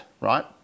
right